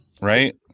Right